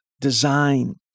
design